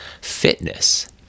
fitness